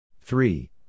Three